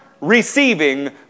receiving